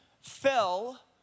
fell